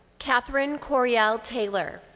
catherine coriel taylor.